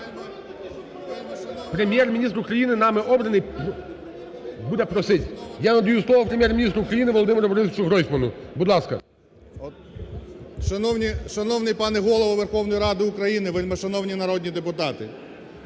Прем'єр-міністр України, нами обраний, буде просить. Я надаю слово Прем'єр-міністру України Володимиру Борисовичу Гройсману. Будь ласка. 11:32:11 ГРОЙСМАН В.Б. Шановний пане Голово Верховної Ради України, вельмишановні депутати!